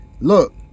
Look